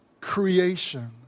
creation